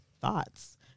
thoughts